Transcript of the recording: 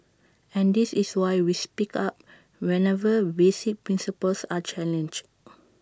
and this is why we speak up whenever basic principles are challenged